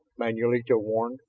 manulito warned.